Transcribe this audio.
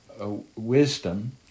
wisdom